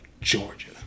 Georgia